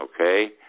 okay